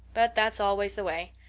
but that's always the way.